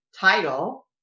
title